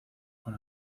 con